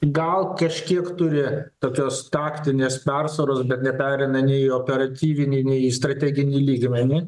gal kažkiek turi tokios taktinės persvaros bet neperėmė nei operatyvinį nei į strateginį lygmenį